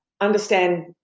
understand